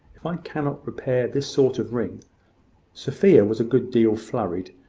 if i cannot repair this sort of ring sophia was a good deal flurried.